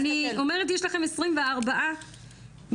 אני אומרת יש לכם 24 ב-22,